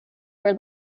where